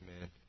man